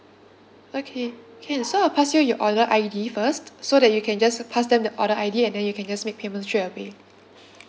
okay can so I'll pass you your order I_D first so that you can just pass them the order I_D and then you can just make payment straight away